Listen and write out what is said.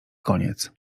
koniec